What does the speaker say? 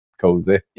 cozy